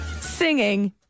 singing